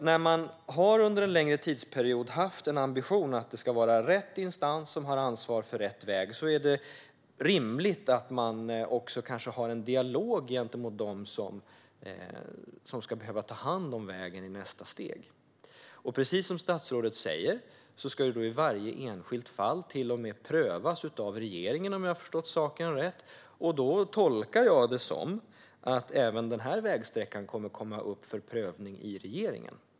När man under en längre tidsperiod har haft en ambition att det ska vara rätt instans som har ansvar för rätt väg är det klart att det är rimligt att också kanske ha en dialog med dem som ska behöva ta hand om vägen i nästa steg. Precis som statsrådet säger ska det i varje enskilt fall till och med prövas av regeringen, om jag har förstått saken rätt, och då tolkar jag det som att även denna vägsträcka kommer att komma upp för prövning hos regeringen.